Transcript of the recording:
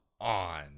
on